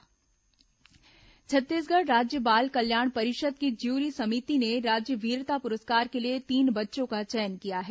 वीरता पुरस्कार छत्तीसगढ़ राज्य बाल कल्याण परिषद की ज्यूरी समिति ने राज्य वीरता पुरस्कार के लिए तीन बच्चों का चयन किया है